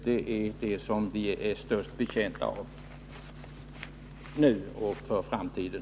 Det är det som vi är mest betjänta av, nu och för framtiden.